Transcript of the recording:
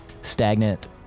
stagnant